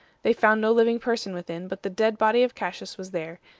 they found no living person within but the dead body of cassius was there,